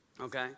okay